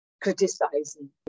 criticizing